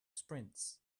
sprints